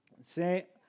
se